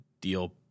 deal